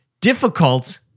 difficult